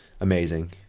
amazing